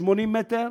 80 מ"ר,